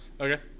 Okay